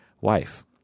wife